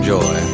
Joy